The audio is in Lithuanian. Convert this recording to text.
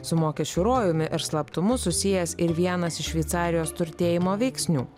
su mokesčių rojumi ir slaptumu susijęs ir vienas iš šveicarijos turtėjimo veiksnių